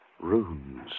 Runes